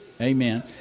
Amen